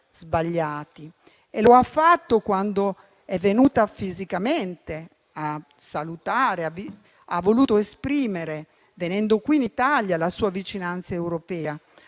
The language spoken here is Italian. E lo ha fatto quando è venuta fisicamente a salutare e ha voluto esprimere venendo qui in Italia la sua vicinanza europea